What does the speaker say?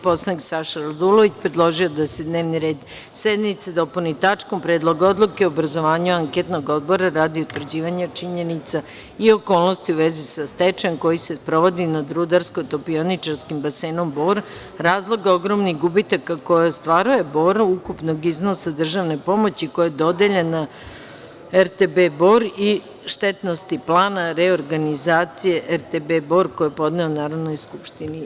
Narodni poslanik Saša Radulović predložio je da se dnevni red sednice dopuni tačkom – Predlog odluke o obrazovanju anketnog odbora radi utvrđivanja činjenica i okolnosti u vezi sa stečajem koji se sprovodi nad Rudarsko-topioničarskim basenom Bor, razloga ogromnih gubitaka koje ostvaruje Bor, ukupnog iznosa državne pomoći koja je dodeljena RTB Bor i štetnosti plana reorganizacije RTB Bor, koji je podneo Narodnoj skupštini.